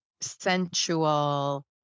sensual